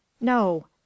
No